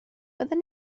fyddwn